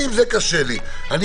לי קשה עם זה.